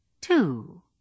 Two